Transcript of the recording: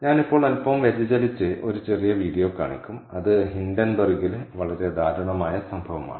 ഞാൻ ഇപ്പോൾ അൽപ്പം വ്യതിചലിച്ച് ഒരു ചെറിയ വീഡിയോ കാണിക്കും അത് ഹിൻഡൻബർഗിലെ വളരെ ദാരുണമായ സംഭവമാണ്